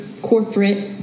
corporate